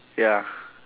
ya